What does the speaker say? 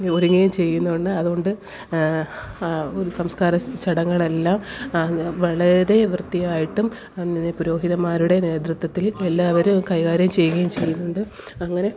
ഈ ഒരുങ്ങുകയും ചെയ്യുന്നതുകൊണ്ട് അതുകൊണ്ട് സംസ്കാര ചടങ്ങുകളെല്ലാം വളരെ വൃത്തിയായിട്ടും പുരോഹിതന്മാരുടെ നേതൃത്വത്തിൽ എല്ലാവരും കൈകാര്യം ചെയ്യുകയും ചെയ്യുന്നുണ്ട് അങ്ങനെ